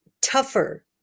tougher